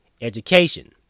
education